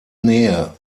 nähe